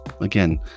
Again